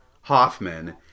hoffman